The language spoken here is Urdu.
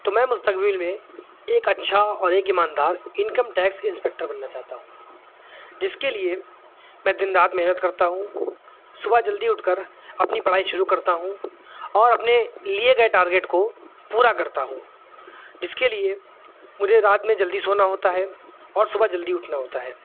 تو میں مستقبل میں ایک اچھا اور ایک ایماندار انکم ٹیکس انسپکٹر بننا چاہتا ہوں جس کے لیے میں دن رات محنت کرتا ہوں صبح جلدی اٹھ کر اپنی پڑھائی شروع کرتا ہوں اور اپنے لیے گئے ٹارگیٹ کو پورا کرتا ہوں جس کے لیے مجھے رات میں جلدی سونا ہوتا ہے اور صبح جلدی اٹھنا ہوتا ہے